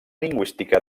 lingüística